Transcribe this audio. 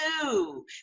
two